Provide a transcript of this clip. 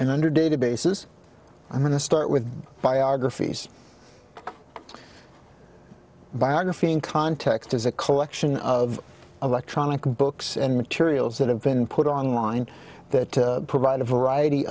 and under databases i'm going to start with biographies biography and context is a collection of electronic books and materials that have been put online that provide a variety